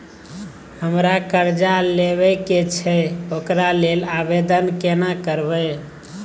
हमरा कर्जा लेबा के छै ओकरा लेल आवेदन केना करबै?